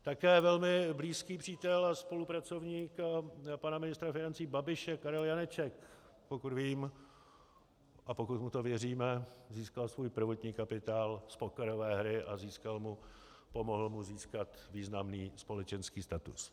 Také velmi blízký přítel a spolupracovník pana ministra financí Babiše Karel Janeček pokud vím a pokud mu to věříme, získal svůj prvotní kapitál z pokerové hry a pomohl mu získat významný společenský status.